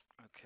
Okay